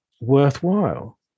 worthwhile